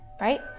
right